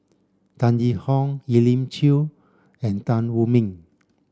Tan Yee Hong Elim Chew and Tan Wu Meng